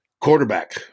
quarterback